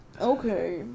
Okay